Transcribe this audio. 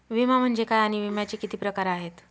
विमा म्हणजे काय आणि विम्याचे किती प्रकार आहेत?